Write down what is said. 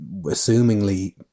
assumingly